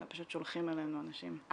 אלא פשוט שולחים אלינו אנשים,